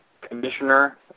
commissioner